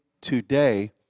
today